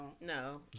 No